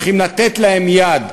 צריכים לתת להם יד.